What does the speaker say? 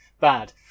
bad